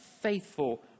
faithful